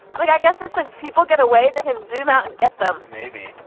like i guess if the people get away they can zoom out and get them. maybe.